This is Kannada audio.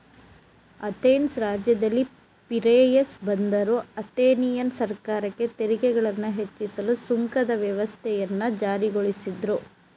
ಅಥೆನ್ಸ್ ರಾಜ್ಯದಲ್ಲಿ ಪಿರೇಯಸ್ ಬಂದರು ಅಥೆನಿಯನ್ ಸರ್ಕಾರಕ್ಕೆ ತೆರಿಗೆಗಳನ್ನ ಹೆಚ್ಚಿಸಲು ಸುಂಕದ ವ್ಯವಸ್ಥೆಯನ್ನ ಜಾರಿಗೊಳಿಸಿದ್ರು